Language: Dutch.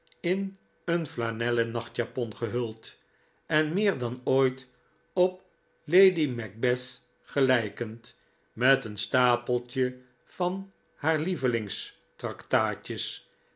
in een flanellen nachtjapon gehuld en meer dan ooit op lady macbeth gelijkend met een stapeltje van haar lievelingstractaatjes